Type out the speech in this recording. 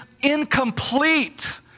incomplete